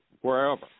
wherever